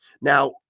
Now